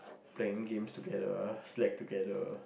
playing games together slack together